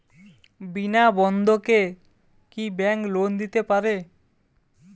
বিনা বন্ধকে কি bank loan দিতে পারে?